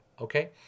okay